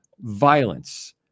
violence